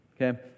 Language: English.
okay